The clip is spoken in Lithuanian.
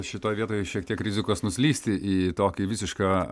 šitoj vietoj šiek tiek rizikos nuslysti į tokį visišką